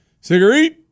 cigarette